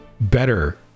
better